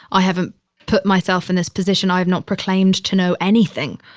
i haven't put myself in this position. i have not proclaimed to know anything.